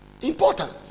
important